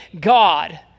God